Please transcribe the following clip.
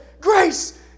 Grace